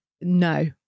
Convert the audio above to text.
No